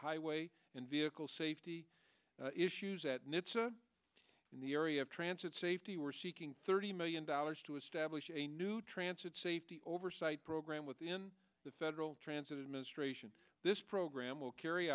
highway and vehicle safety issues at nitsa in the area of transit safety we're seeking thirty million dollars to establish a new transit safety oversight program within the federal transit administration this program will carry